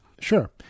Sure